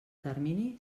termini